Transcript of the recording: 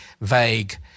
vague